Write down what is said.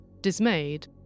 Dismayed